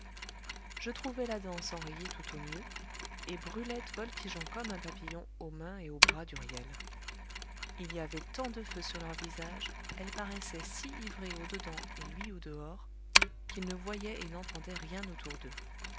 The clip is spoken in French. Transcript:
je trouvai la danse enrayée tout au mieux et brulette voltigeant comme un papillon aux mains et aux bras d'huriel il y avait tant de feu sur leurs visages elle paraissait si ivrée au dedans et lui au dehors qu'ils ne voyaient et n'entendaient rien autour d'eux